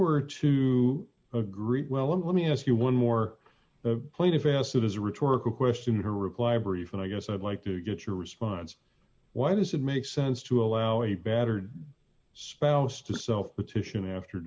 were to agree well let me ask you one more point if i ask that as a rhetorical question her reply brief and i guess i'd like to get your response why does it make sense to allow a battered spouse to self petition after